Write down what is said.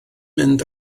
mynd